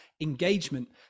engagement